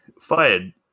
fired